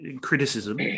criticism